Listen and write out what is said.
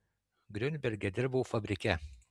griunberge dirbau fabrike